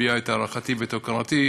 להביע את הערכתי ואת הוקרתי,